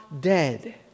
dead